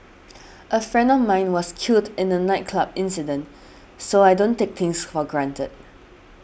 a friend of mine was killed in a nightclub incident so I don't take things for granted